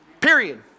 Period